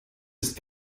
ist